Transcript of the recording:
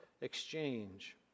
exchange